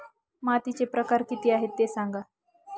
मातीचे प्रकार किती आहे ते सांगा